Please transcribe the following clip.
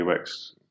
UX